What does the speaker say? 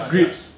grades